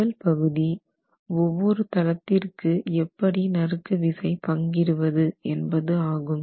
முதல் பகுதி ஒவ்வொரு தளத்திற்கு எப்படி நறுக்கு விசை பங்கிடுவது என்பது ஆகும்